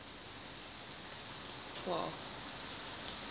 !wow!